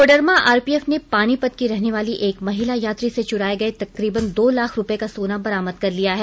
Koderma RPF ने पानीपत की रहने वाली एक महिला यात्री से चुराए गए तकरीबन दो लाख रुपये का सोना बरामद कर लिया है